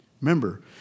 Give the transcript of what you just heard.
Remember